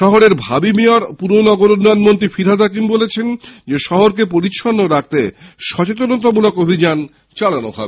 শহরের ভাবী মেয়র পুর ও নগরোন্নয়ন মন্ত্রী ফিরহাদ হাকিম বলেছেন শহরকে পরিষ্কার রাখতে সচেতনমূলক অভিযান চালানো হবে